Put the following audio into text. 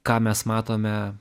ką mes matome